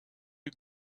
you